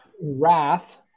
Wrath